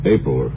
April